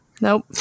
Nope